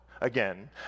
again